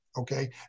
okay